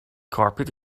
carpet